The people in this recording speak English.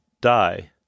die